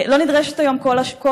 לא נדרשת היום כל הכשרה,